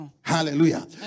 Hallelujah